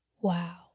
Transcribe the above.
Wow